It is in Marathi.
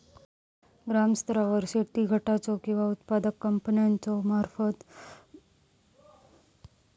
ग्रामस्तरावर शेतकरी गटाचो किंवा उत्पादक कंपन्याचो मार्फत बिजोत्पादन कार्यक्रम राबायचो?